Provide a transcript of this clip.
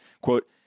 quote